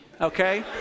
okay